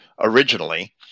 originally